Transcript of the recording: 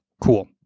Cool